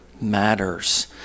matters